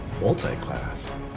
Multi-class